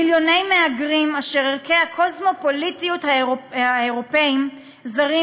מיליוני מהגרים אשר ערכי הקוסמופוליטיות האירופיים זרים